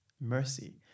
mercy